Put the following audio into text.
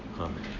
Amen